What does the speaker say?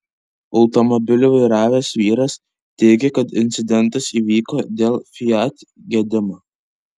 automobilį vairavęs vyras teigė kad incidentas įvyko dėl fiat gedimo